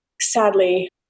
Sadly